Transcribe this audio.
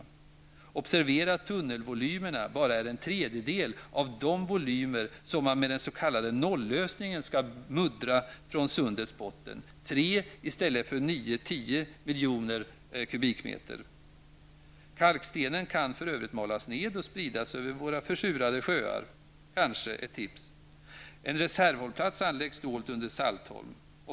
Man bör observera att tunnelvolymerna bara är en tredjedel av de volymer som man i den s.k. nollösningen skall muddra från sundets botten -- tre i stället för nio tio miljoner kubikmeter. Kalkstenen kan för övrigt malas ned och spridas över våra försurade sjöar -- det kanske är ett tips. En reservhållplats anläggs dolt under Saltholm.